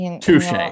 Touche